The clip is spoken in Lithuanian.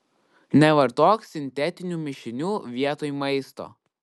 nevartok sintetinių mišinių vietoj maisto